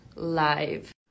live